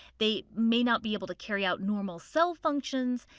they may not be able to carry out normal cell functions,